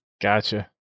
gotcha